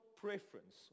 preference